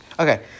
Okay